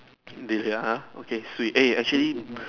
they are okay swee eh actually